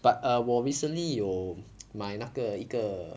but ah 我 recently 有买那个一个